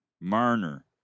Marner